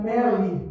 Mary